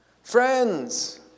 Friends